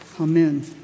Amen